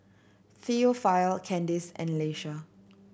Theophile Candice and Leisa